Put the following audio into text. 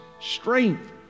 strength